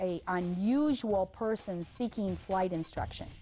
an unusual person seeking flight instruction